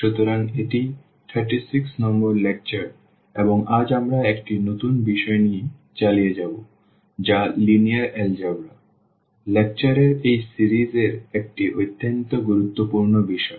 সুতরাং এটি 36 নম্বর লেকচার এবং আজ আমরা একটি নতুন বিষয় নিয়ে চালিয়ে যাব যা লিনিয়ার এলজেব্রা লেকচার এর এই সিরিজ এর একটি অত্যন্ত গুরুত্বপূর্ণ বিষয়